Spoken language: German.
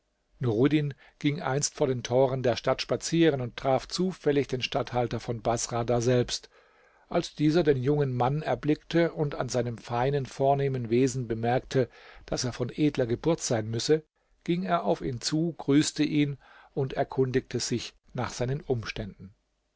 nuruddin ging einst vor den toren der stadt spazieren und traf zufällig den statthalter von baßrah daselbst als dieser den jungen mann erblickte und an seinem feinen vornehmen wesen bemerkte daß er von edler geburt sein müsse ging er auf ihn zu grüßte ihn und erkundigte sich nach seinen umständen